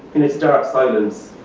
in his dark silence,